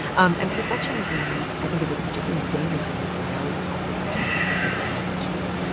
and perfectionism i think is a particularly dangerous kind of fear, i always call perfectionism fear in high heeled shoes,